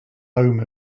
home